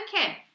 Okay